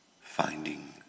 finding